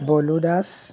বলো দাস